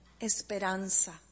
esperanza